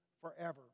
forever